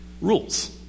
rules